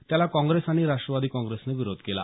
त्याला काँगेस आणि राष्ट्रवादी काँग्रेसने विरोध केला